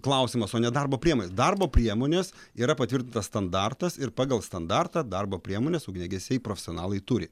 klausimas o ne darbo priemonės darbo priemonės yra patvirtintas standartas ir pagal standartą darbo priemones ugniagesiai profesionalai turi